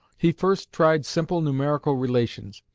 he first tried simple numerical relations,